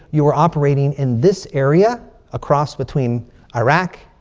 you're operating in this area across between iraq